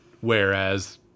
whereas